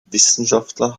wissenschaftler